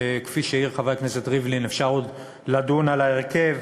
שכפי שהעיר חבר הכנסת ריבלין אפשר עוד לדון על ההרכב,